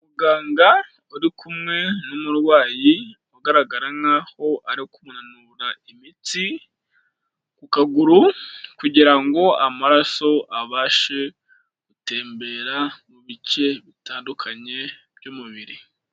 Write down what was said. Muganga uri kumwe n'umurwayi ugaragara nkaho ari kunanura imitsi ku kaguru kugira ngo amaraso abashe gutembera mu bice bitandukanye by'umubiri.